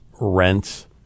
rents